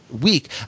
week